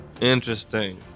Interesting